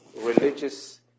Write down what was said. religious